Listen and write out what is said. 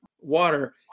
water